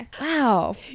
Wow